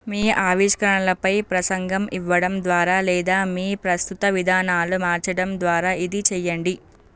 మీ ఆవిష్కరణలపై ప్రసంగం ఇవ్వడం ద్వారా లేదా మీ ప్రస్తుత విధానాలు మార్చడం ద్వారా ఇది చేయండి